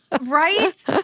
Right